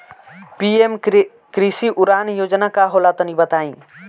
PM कृषि उड़ान योजना का होला तनि बताई?